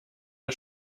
der